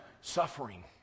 suffering